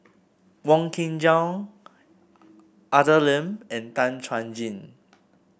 Wong Kin Jong Arthur Lim and Tan Chuan Jin